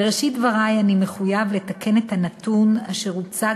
בראשית דברי אני מחויב לתקן את הנתון אשר הוצג